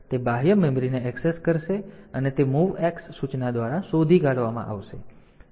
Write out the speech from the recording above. તેથી તે બાહ્ય મેમરીને ઍક્સેસ કરશે અને તે MOVX સૂચના દ્વારા શોધી કાઢવામાં આવશે